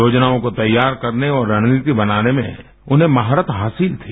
योजनाओं को तैयार करने और रणनीति बनाने में उन्हें महारत हासिल थी